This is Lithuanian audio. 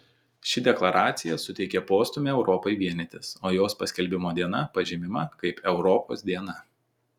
ši deklaracija suteikė postūmį europai vienytis o jos paskelbimo diena pažymima kaip europos diena